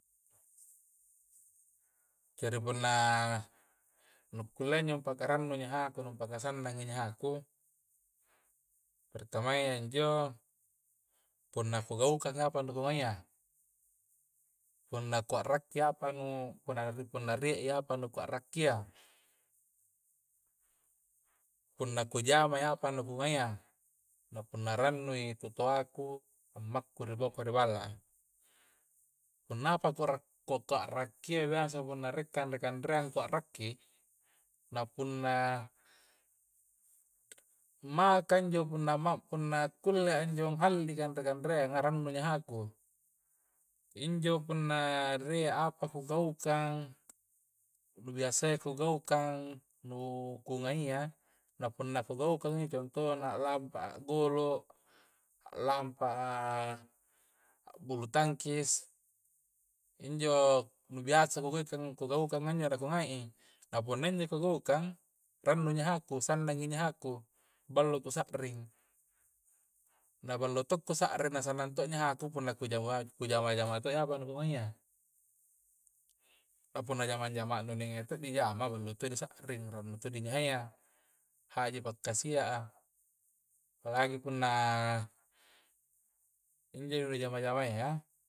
Jari punna nukullei injo pakarannu nyahang nu paka sannangi nyahaku pertama ya injo punna ku gaukangi apa kungai ya punna ku a'raki apa nu punna rie apa nu ku a'rakia, punna ku jamai apa nu kungaia, kah punna rannu i tu toaku ammaku riboko riballa a punna apa kura ko kurakkia biasa punna rie kanre-kanreang ku a'raki i na puna maka injo punna mau punna kullei anjong alli kanre-kanreanga rannu nyahaku injo punna rie apa ku gaukang nu biasai ya ku gaukang nu kungai na punna kugaukangi conto na a lampa a golo a lampa a a bulu tangkis injo nu biasa ku kangi ku gaukangan anjo nu ku ngai i. na punna injo kugaukang, rannu nyahaku sannangi nyahaku, ballo ku sa'ring na ballo to' kusa'ring na sannang to nyahaku punna ku jama ku jamangi apa to nukungaia apunna jamang-jamang nu nenge di jama ballo todo di sa'ring, rennu to' dinyahayya haji pakkasia a palagi punna injo nu jama-jamaia